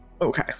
Okay